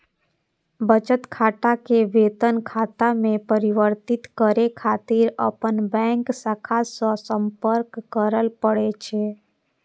बचत खाता कें वेतन खाता मे परिवर्तित करै खातिर अपन बैंक शाखा सं संपर्क करय पड़ै छै